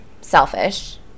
selfish